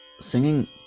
singing